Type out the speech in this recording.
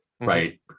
right